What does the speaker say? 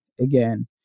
again